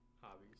Hobbies